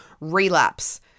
relapse